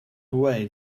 away